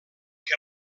que